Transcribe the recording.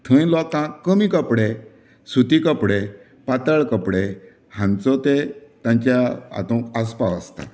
थंय लोकांक कमी कपडे सुती कपडे पातळ कपडे हांगचो ते तांच्या हातूंत आसपाव आसता